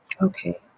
Okay